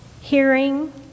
hearing